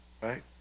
right